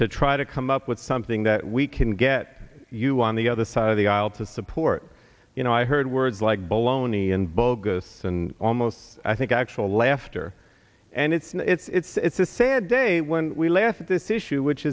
to try to come up with something that we can get you on the other side of the aisle to support you know i heard words like bull loney and bogus and almost i think actual laughter and it's it's a sad day when we left this issue which